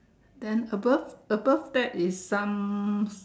then above above that is some